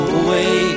away